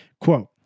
Quote